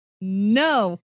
No